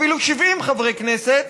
אפילו 70 חברי כנסת,